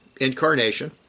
incarnation